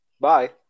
Bye